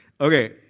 Okay